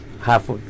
half